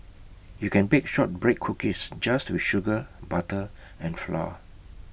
you can bake Shortbread Cookies just with sugar butter and flour